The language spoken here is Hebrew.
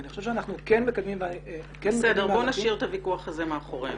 בסדר, בוא נשאיר את הוויכוח הזה מאחורינו.